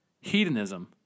Hedonism